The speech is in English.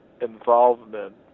involvement